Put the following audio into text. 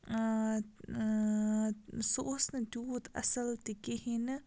سُہ اوس نہٕ تیوٗت اَصٕل تہِ کِہیٖنۍ نہٕ